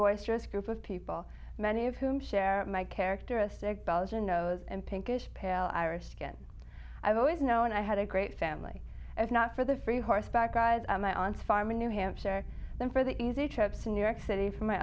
boisterous group of people many of whom share my characteristic belgian nose and pinkish pale irish skin i've always known i had a great family if not for the free horseback ride of my aunt's farm in new hampshire then for the easy trip to new york city from my